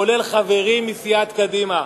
כולל חברים מסיעת קדימה.